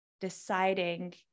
deciding